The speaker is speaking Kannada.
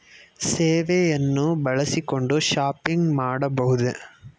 ಸೇವೆಯನ್ನು ಬಳಸಿಕೊಂಡು ಶಾಪಿಂಗ್ ಮಾಡಬಹುದೇ?